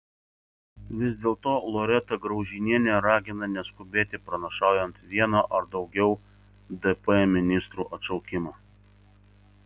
vis dėlto loreta graužinienė ragina neskubėti pranašaujant vieno ar daugiau dp ministrų atšaukimą